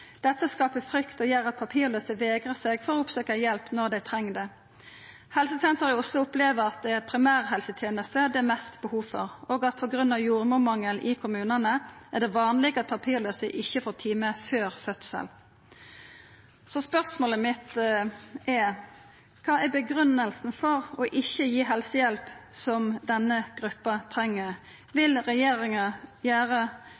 Dette skaper frykt og gjer at papirlause vegrar seg for å oppsøkja hjelp når dei treng det. Helsesenteret i Oslo opplever at det er primærhelseteneste det er mest behov for, og at det på grunn av jordmormangel i kommunane er vanleg at papirlause ikkje får time før fødselen. Spørsmålet mitt er: Kva er grunngivinga for ikkje å gi helsehjelp som denne gruppa treng?